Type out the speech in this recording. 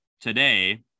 today